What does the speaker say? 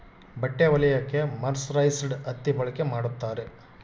ಬಟ್ಟೆ ಹೊಲಿಯಕ್ಕೆ ಮರ್ಸರೈಸ್ಡ್ ಹತ್ತಿ ಬಳಕೆ ಮಾಡುತ್ತಾರೆ